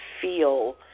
feel